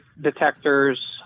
detectors